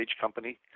company